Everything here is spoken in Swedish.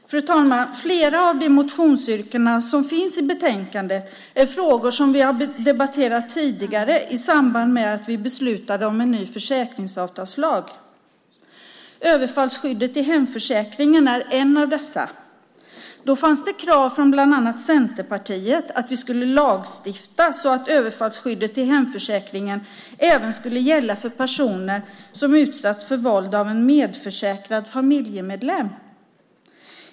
Fru talman! Flera av de motionsyrkanden som finns i betänkandet rör frågor som vi har debatterat tidigare i samband med att vi beslutade om en ny försäkringsavtalslag. Överfallsskyddet i hemförsäkringen är en av dessa. Då fanns det krav från bland andra Centerpartiet på att vi skulle lagstifta så att överfallsskyddet i hemförsäkringen även skulle gälla för personer som utsatts för våld av en medförsäkrad familjemedlem.